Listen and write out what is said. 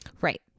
Right